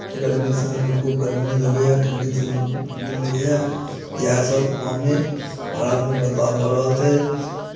गरमीके समयमे खूब गरमी नहि लगैए ठंडीके समयमे खूब ठंडी नहि लगैए इएहसभ गाममे भारतमे बदलाव भऽ रहल छै